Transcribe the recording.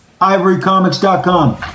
ivorycomics.com